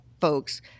folks